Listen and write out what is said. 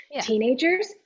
Teenagers